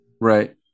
Right